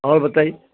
اور بتائی